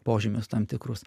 požymius tam tikrus